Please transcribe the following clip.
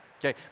okay